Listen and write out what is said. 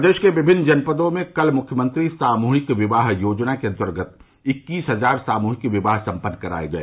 प्रदेश के विभिन्न जनपदों में कल मुख्यमंत्री सामूहिक विवाह योजना के अंतर्गत इक्कीस हजार सामूहिक विवाह संपन्न कराए गए